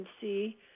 see